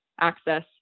access